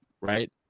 right